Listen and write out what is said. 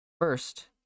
first